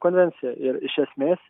konvenciją ir iš esmės